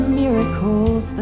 miracles